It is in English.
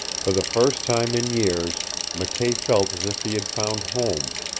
for the first time in years mckay felt as if he had found home.